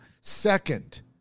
Second